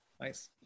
Nice